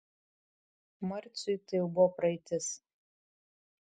marciui tai jau buvo praeitis